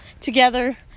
together